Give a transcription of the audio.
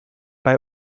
bei